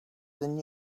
than